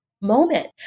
moment